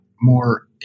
more